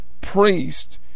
priest